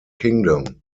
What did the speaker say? kingdom